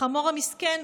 / לחמור המסכן,